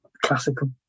classical